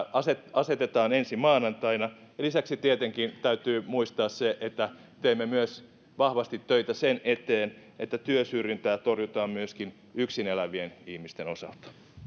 asetetaan ensi maanantaina lisäksi tietenkin täytyy muistaa se että teemme vahvasti töitä myös sen eteen että työsyrjintää torjutaan myöskin yksin elävien ihmisten osalta